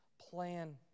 plan